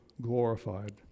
glorified